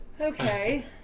Okay